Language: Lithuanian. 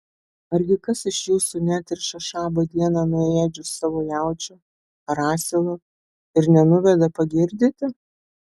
argi kas iš jūsų neatriša šabo dieną nuo ėdžių savo jaučio ar asilo ir nenuveda pagirdyti